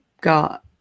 got